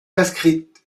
inscrite